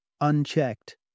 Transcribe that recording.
Unchecked